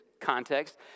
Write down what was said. context